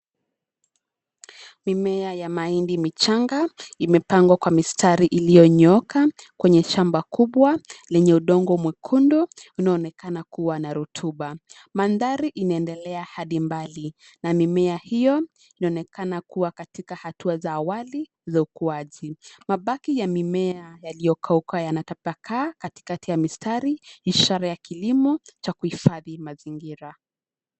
Mimea ya mahindi michanga imepangwa kwa mistari iliyonyooka kwenye shamba kubwa lenye udongo mwekundu unaonekana kuwa na rotuba. Mandhari inaendelea hadi mbali na mimea hiyo inaonekana kuwa katika hatua za awali za ukuaji. Mabaki ya mimea yaliyokauka yanatapakaa katikati ya mistari ishara ya kilimo cha kuifadhi mazingira.